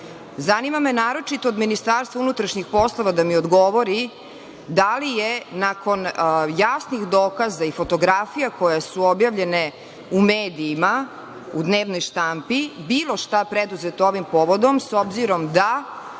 Zanima me naročito od Ministarstva unutrašnjih poslova da mi odgovori da li je, nakon jasnih dokaza i fotografija koje su objavljene u medijima, u dnevnoj štampi, bilo šta preduzelo ovim povodom, s obzirom da